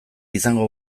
izango